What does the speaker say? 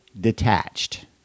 detached